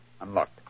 Unlocked